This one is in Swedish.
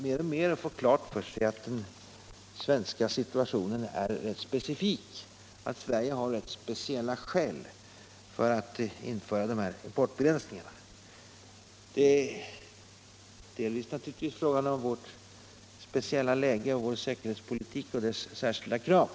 mer kommer att få klart för sig att den svenska situationen är rätt specifik, att Sverige har rätt speciella skäl att införa den här importbegränsningen. Det är delvis fråga om vårt speciella läge, vår säkerhetspolitik och dess särskilda krav.